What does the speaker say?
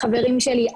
החברים שלי,